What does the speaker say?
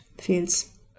fields